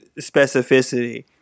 specificity